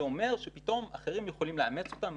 זה אומר שפתאום אחרים יכולים לאמץ אותם,